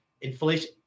inflation